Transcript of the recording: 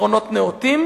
פתרונות נאותים